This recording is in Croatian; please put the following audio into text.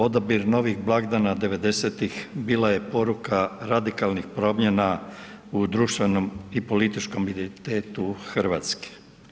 Odabir novih blagdana 90-ih bila je poruka radikalnih promjena u društvenom i političkom identitetu Hrvatske.